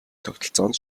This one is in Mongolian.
тогтолцоонд